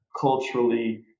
culturally